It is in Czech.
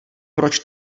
proč